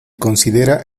considera